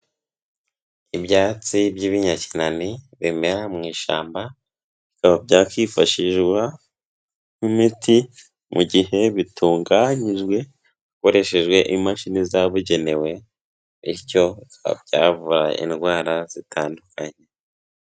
Ibyatsi by'ibinyakinani bimera mu ishyamba, bikaba byakifashishwa nk'imiti mu gihe bitunganyijwe hakoreshejwe imashini zabugenewe, bityo bikaba byavura indwara zitandukanye.